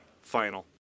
final